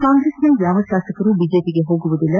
ಕಾಂಗ್ರೆಸ್ನ ಯಾವ ಶಾಸಕರೂ ಬಿಜೆಪಿಗೆ ಹೋಗುವುದಿಲ್ಲ